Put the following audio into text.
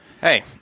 Hey